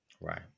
Right